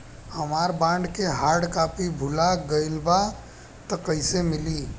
हमार बॉन्ड के hard copy भुला गएलबा त कैसे मिली?